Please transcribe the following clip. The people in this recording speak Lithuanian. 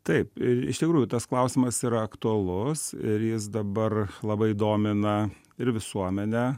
taip ir iš tikrųjų tas klausimas yra aktualus ir jis dabar labai domina ir visuomenę